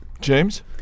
James